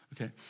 okay